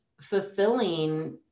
fulfilling